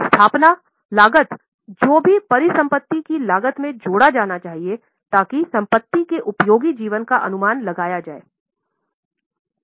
स्थापना लागत को भी परिसंपत्ति की लागत में जोड़ा जाना चाहिए ताकी संपत्ति के उपयोगी जीवन का अनुमान लगाया जायें